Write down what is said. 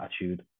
attitude